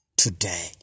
Today